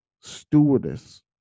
stewardess